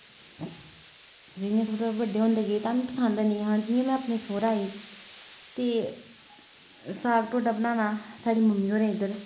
जि'यां थोहड़े थोहड़े बड्डे होंदे गे ते मि पसंद हैनी ऐहा जि'यांम् में अपने सौह्रै आईते साग ढोडा बनाना साढ़ी मम्मी होरें इद्धर